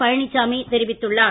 பழனிச்சாமி தெரிவித்துள்ளார்